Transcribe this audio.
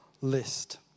list